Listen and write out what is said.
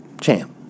Champ